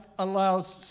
allows